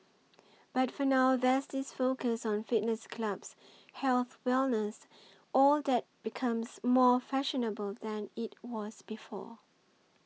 but for now there's this focus on fitness clubs health wellness all that becomes more fashionable than it was before